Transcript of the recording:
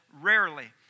rarely